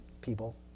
people